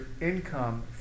income